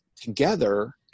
together